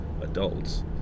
adults